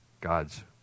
God's